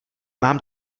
mám